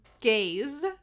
gaze